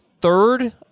Third